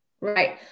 Right